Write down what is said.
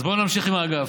אז בואו נמשיך עם האגף.